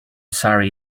sorry